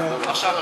עכשיו,